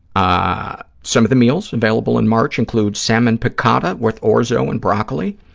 ah some of the meals available in march include salmon piccata with orzo and broccoli,